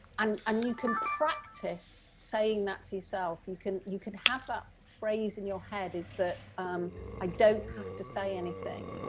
um and you can practice saying that to yourself, you can you can have that phrase in your head is that i don't have to say anything.